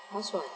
housewife